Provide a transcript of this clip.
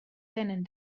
tenen